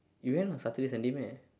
you went on saturday sunday meh